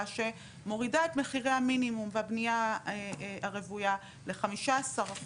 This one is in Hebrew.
שמורידה את מחירי המינימום והבנייה הרוויה ל-15%